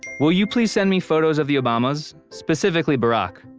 will you please send me photos of the obama's, specifically barrack,